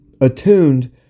attuned